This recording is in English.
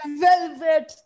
velvet